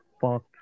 fuck